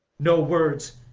no words.